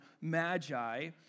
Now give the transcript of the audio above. magi